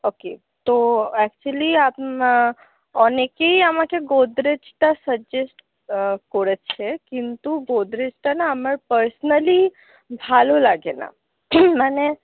ওকে তো অ্যাকচুয়েলি অনেকেই আমাকে গোদরেজটা সাজেস্ট করেছে কিন্তু গোদরেজটা না আমার পার্সোনালি ভালো লাগে না মানে